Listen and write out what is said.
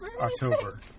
October